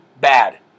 bad